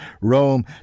Rome